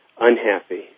unhappy